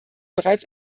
bereits